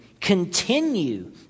continue